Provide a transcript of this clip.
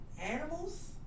animals